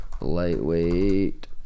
lightweight